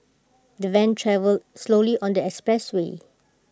the van travelled slowly on the expressway